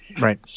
Right